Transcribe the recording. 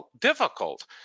difficult